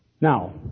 Now